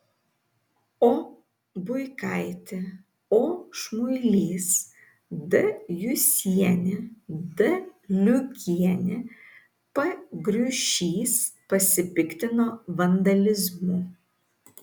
o buikaitė o šmuilys d jusienė d liugienė p griušys pasipiktino vandalizmu